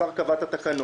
השר קבע את התקנות.